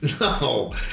no